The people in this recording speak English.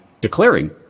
declaring